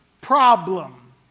problem